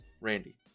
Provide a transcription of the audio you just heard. randy